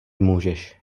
můžeš